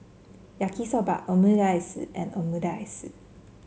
Yaki Soba Omurice and Omurice